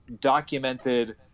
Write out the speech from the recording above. documented